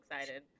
excited